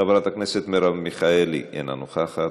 חברת הכנסת מרב מיכאלי, אינה נוכחת,